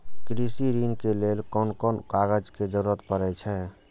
कृषि ऋण के लेल कोन कोन कागज के जरुरत परे छै?